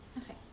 Okay